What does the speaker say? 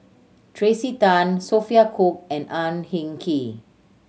Tracey Tan Sophia Cooke and Ang Hin Kee